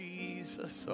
Jesus